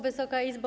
Wysoka Izbo!